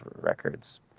records